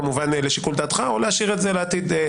או להשאיר את זה לעתיד,